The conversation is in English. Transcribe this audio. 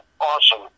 awesome